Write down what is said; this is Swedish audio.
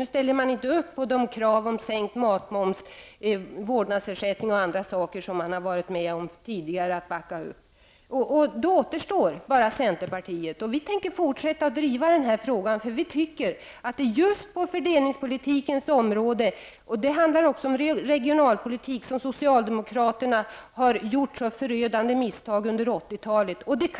Nu ställer kds inte längre upp bakom kraven på sänkt matmoms, vårdnadsersättning, m.m. som man tidigare har backat upp. Då återstår bara centerpartiet. Vi i centerpartiet tänker fortsätta att driva dessa frågor. På fördelningspolitikens område -- det handlar då även om regionalpolitik -- har socialdemokraterna gjort förödande misstag under 80-talet, och